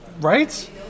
Right